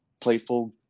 playful